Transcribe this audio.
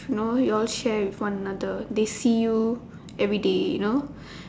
you know your share with one another they see you every day you know